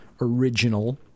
original